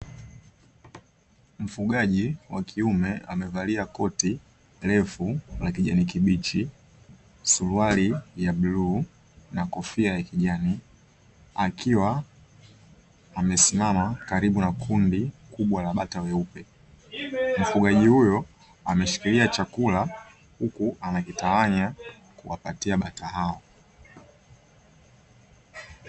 Mfugaji wa kiume amevalia koti refu la kijani kibichi siruali ya bluu na kofia ya kijani, akiwa amesimama karibu na kundi kubwa la Bata weupe, mfugaji huyo ameshikilia chakula huku anakitawanya kuwapatia Bata hao.